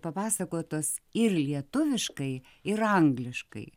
papasakotas ir lietuviškai ir angliškai